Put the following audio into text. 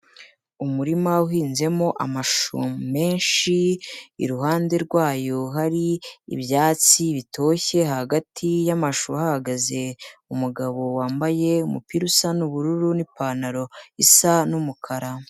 Umurima uhinzemo amashu menshi, iruhande rwayo hari ibyatsi bitoshye, hagati y'amashu ahagaze umugabo wambaye umupira usa n'ubururu n'ipantaro isa n'umukara.